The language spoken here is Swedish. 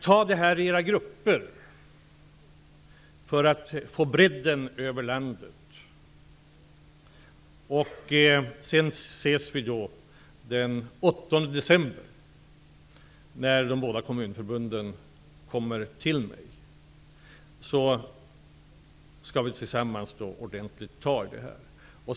Ta upp detta i era grupper för att få en bredd över landet, och sedan ses vi den 8 december, när de båda kommunförbunden kommer till mig, så skall vi tillsammans ordentligt ta i det här!